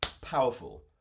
powerful